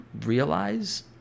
realize